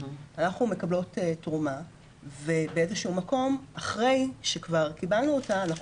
אנחנו מקבלות תרומה ובאיזה שהוא מקום אחרי שכבר קיבלנו אותה אנחנו